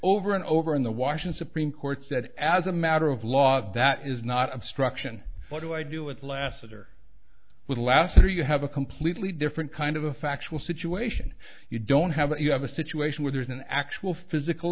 over and over in the wash and supreme court said as a matter of law that is not obstruction what do i do with lasted or with last year you have a completely different kind of a factual situation you don't have it you have a situation where there is an actual physical